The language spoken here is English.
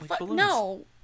No